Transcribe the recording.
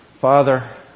Father